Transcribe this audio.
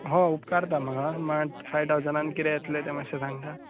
हो उपकारता म्हाका मात फाय ठावजनान कितें येतलें तें मातशें सांगता